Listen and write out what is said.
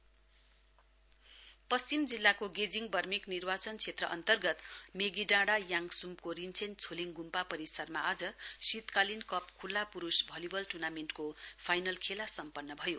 volleyball tournament पश्चिम जिल्लाको गेजिङ बर्मेक निर्वाचन क्षेत्र अन्तर्गत मेगीडाँडा याङस्मको रिञ्चेन छोलिङ ग्म्पा परिसरमा आज शीतकालीन कप ख्ल्ला प्रूष भलीबल टुर्नामेण्टको फाइनल खेला सम्पन्न भयो